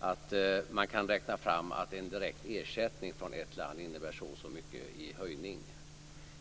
att man kan räkna fram att en direkt ersättning från ett land innebär si eller så mycket i höjning.